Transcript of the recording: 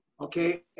Okay